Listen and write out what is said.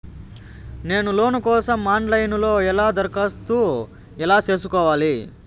నేను లోను కోసం online లో ఎలా దరఖాస్తు ఎలా సేసుకోవాలి?